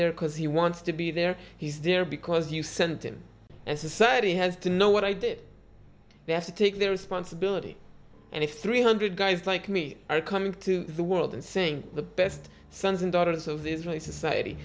there because he wants to be there he's there because you sent him and society has to know what i did they have to take their responsibility and if three hundred guys like me are coming to the world and saying the best sons and daughters of the israeli society